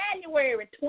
January